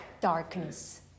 darkness